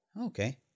Okay